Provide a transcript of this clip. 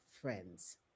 friends